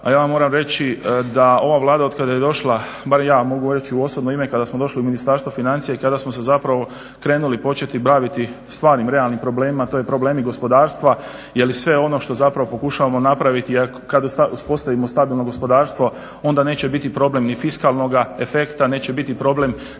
a ja vam moram reći da ova Vlada otkada je došla bar ja mogu reći u osobno ime, kada smo došli u Ministarstvo financija i kada smo se zapravo krenuli početi baviti stvarnim realnim problemima, to je problemi gospodarstva je li sve ono što zapravo pokušamo napraviti kada uspostavimo stabilno gospodarstvo, onda neće biti problem ni fiskalnoga efekta, neće biti problem